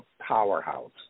powerhouse